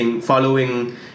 Following